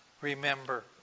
Remember